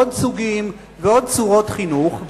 עוד סוגים ועוד צורות חינוך,